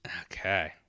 Okay